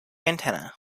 antenna